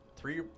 Three